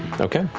okay.